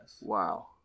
Wow